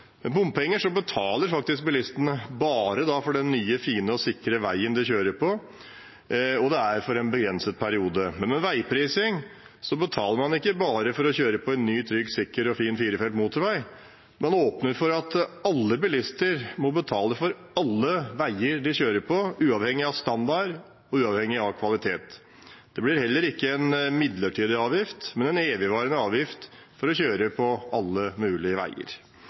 betaler bilistene faktisk bare for den nye, fine og sikre veien de kjører på, og det er for en begrenset periode. Med veiprising betaler man ikke bare for å kjøre på en ny, trygg, sikker og fin firefelts motorvei, man åpner for at alle bilister må betale for alle veier de kjører på, uavhengig av standard og uavhengig av kvalitet. Det blir heller ikke en midlertidig avgift, men en evigvarende avgift for å kjøre på alle mulige veier.